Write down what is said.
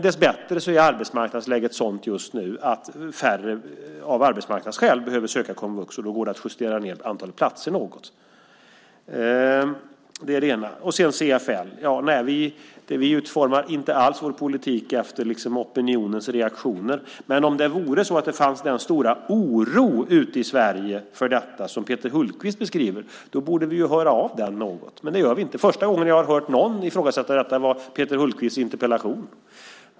Dessbättre är arbetsmarknadsläget sådant just nu att färre av arbetsmarknadsskäl behöver söka komvux, och då går det att justera ned antalet platser något. Det är det ena. När det gäller CFL utformar vi inte alls vår politik efter opinionens reaktioner. Om det vore så att det fanns den stora oro ute i Sverige för detta som Peter Hultqvist beskriver borde vi höra av den något, men det gör vi inte. Första gången jag har hört någon ifrågasätta detta är i Peter Hultqvists interpellation.